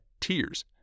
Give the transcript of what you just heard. tears